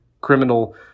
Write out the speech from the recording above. criminal